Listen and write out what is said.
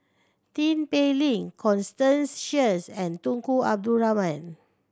Tin Pei Ling Constance Sheares and Tunku Abdul Rahman